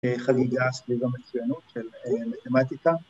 ‫חגיגה סביב המצוינות של מתמטיקה.